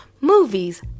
movies